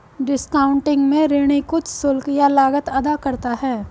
discounting में ऋणी कुछ शुल्क या लागत अदा करता है